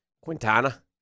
Quintana